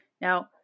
Now